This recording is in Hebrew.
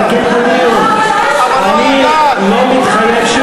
אני מכבד אותך,